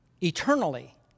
eternally